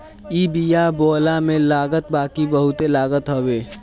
इ बिया बोअला में लागत बाकी बहुते लागत हवे